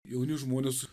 jauni žmonės